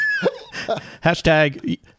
Hashtag